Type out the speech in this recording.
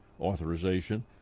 authorization